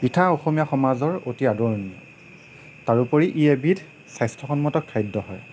পিঠা অসমীয়া সমাজৰ অতি আদৰণীয় তাৰ উপৰি ই এবিধ স্বাস্থ্যসন্মত খাদ্য হয়